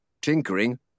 Tinkering